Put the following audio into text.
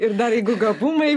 ir dar jeigu gabumai